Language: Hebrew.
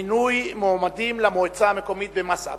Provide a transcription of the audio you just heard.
מינוי מועמדים למועצה המקומית מסעדה.